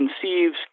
conceives